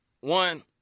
one